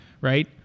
right